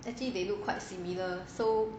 actually they look quite similar so